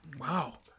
Wow